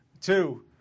two